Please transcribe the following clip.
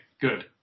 good